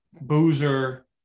Boozer